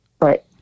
Right